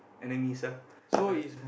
enemies ah